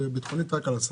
וביטחונית רק על הסייבר?